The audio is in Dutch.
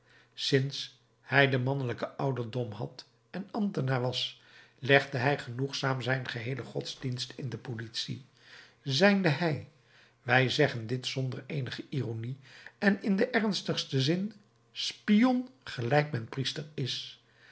sinds hij den mannelijken ouderdom had en ambtenaar was legde hij genoegzaam zijn geheelen godsdienst in de politie zijnde hij wij zeggen dit zonder eenige ironie en in den ernstigsten zin spion gelijk men priester is